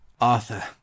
Arthur